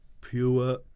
pure